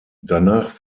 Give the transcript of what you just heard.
danach